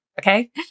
Okay